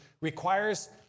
requires